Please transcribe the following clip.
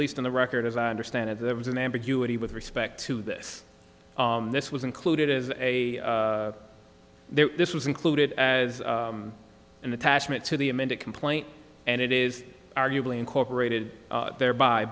least on the record as i understand it there was an ambiguity with respect to this this was included as a there this was included as an attachment to the amended complaint and it is arguably incorporated thereby